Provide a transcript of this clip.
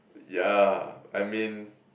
ya I mean